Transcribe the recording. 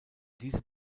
diese